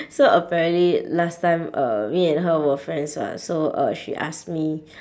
so apparently last time uh me and her were friends [what] so uh she asked me